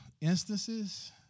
instances